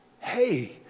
Hey